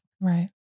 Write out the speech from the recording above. Right